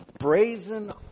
brazen